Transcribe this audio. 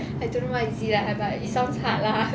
I don't know what is it lah but it sounds hard lah